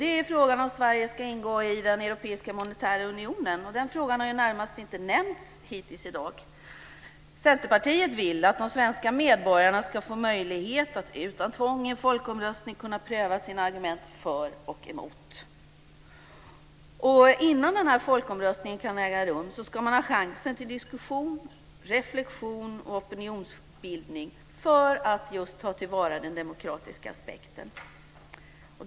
Det är frågan om Sverige ska ingå i den europeiska monetära unionen. Den frågan har inte nämnts hittills i dag. Centerpartiet vill att de svenska medborgarna ska få möjlighet att utan tvång i en folkomröstning pröva sina argument för och emot. Innan folkomröstningen kan äga rum ska man ha chansen till diskussion, reflexion och opinionsbildning för att just ta till vara den demokratiska aspekten.